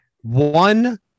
One